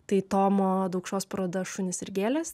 tai tomo daukšos paroda šunys ir gėlės